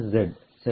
order ಸರಿ